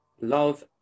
love